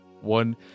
one